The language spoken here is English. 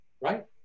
Right